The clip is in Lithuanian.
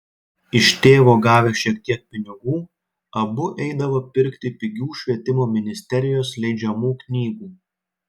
iš tėvo gavę šiek tiek pinigų abu eidavo pirkti pigių švietimo ministerijos leidžiamų knygų